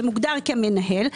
שמוגדר כמנהל,